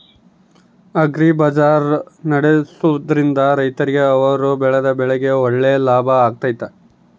Agri bazaar ನಡೆಸ್ದೊರಿಂದ ರೈತರಿಗೆ ಅವರು ಬೆಳೆದ ಬೆಳೆಗೆ ಒಳ್ಳೆ ಲಾಭ ಆಗ್ತೈತಾ?